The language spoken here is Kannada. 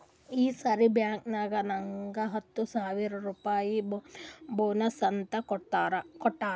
ಈ ಸರಿ ಬ್ಯಾಂಕ್ನಾಗ್ ನಂಗ್ ಹತ್ತ ಸಾವಿರ್ ರುಪಾಯಿ ಬೋನಸ್ ಅಂತ್ ಕೊಟ್ಟಾರ್